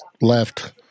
left